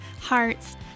hearts